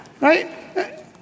right